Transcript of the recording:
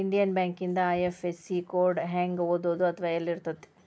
Indian ಬ್ಯಾಂಕಿಂದ IFSC code ನ ಹೆಂಗ ಓದೋದು ಅಥವಾ ಯೆಲ್ಲಿರ್ತೆತಿ?